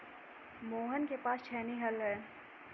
मोहन के पास छेनी हल है